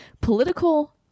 political